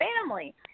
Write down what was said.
family